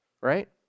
Right